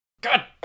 God